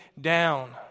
down